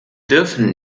dürfen